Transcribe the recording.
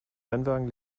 rennwagen